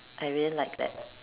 I really like that